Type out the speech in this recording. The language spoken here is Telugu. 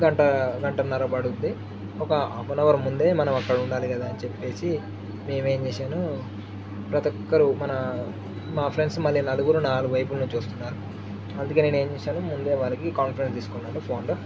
గంట గంటన్నర్ర బడుద్ది ఒక హాఫ్ యాన్ అవర్ ముందే మనం అక్కడ ఉండాలి కదా అని చెప్పేసి మేమే ఏం చేశాను ప్రతి ఒక్కరు మన మా ఫ్రెండ్స్ మళ్ళీ నలుగురు నాలుగు వైపుల నుంచి వస్తున్నారు అందుకే నేను ఏం చేశాను ముందే వాళ్లకి కాన్ఫరెన్స్ తీసుకున్నాను ఫోన్లో